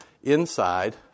Inside